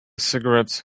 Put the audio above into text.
cigarettes